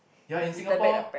ya in Singapore